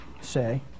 say